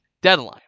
deadline